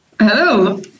Hello